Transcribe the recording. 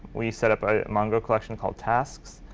we set up a mongo collection called tasks.